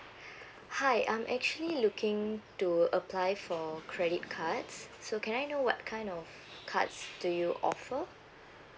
hi I'm actually looking to apply for credit cards so can I know what kind of cards do you offer